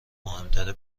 مهمتره